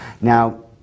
Now